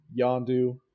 yondu